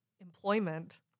employment